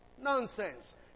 Nonsense